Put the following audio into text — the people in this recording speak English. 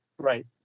Right